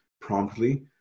promptly